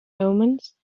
omens